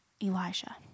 Elijah